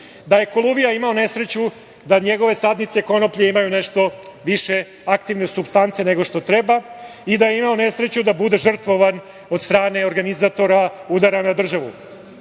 da je Koluvija imao nesreću da njegove sadnice konoplje imaju nešto više aktivne supstance nego što treba i da je imao nesreću da bude žrtvovan od strane organizatora udara na državu. Evo